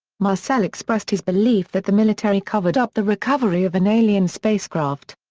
marcel expressed his belief that the military covered up the recovery of an alien spacecraft.